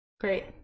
great